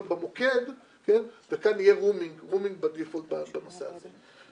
במוקד וכאן יהיה רומינג בדיפולט בנושא הזה.